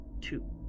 two